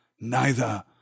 Neither